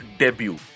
debut